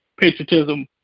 patriotism